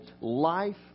life